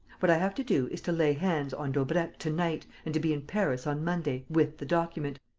what i have to do is to lay hands on daubrecq to-night and to be in paris on monday, with the document.